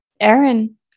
Aaron